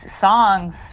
songs